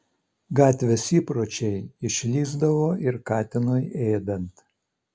gatvės įpročiai išlįsdavo ir katinui ėdant